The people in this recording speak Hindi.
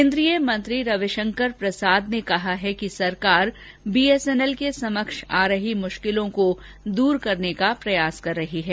केन्द्रीय मंत्री रविशंकर प्रसाद ने कहा है कि सरकार बीएसएनएल के समक्ष आ रही मुश्किलों को दूर करने का प्रयास कर रही है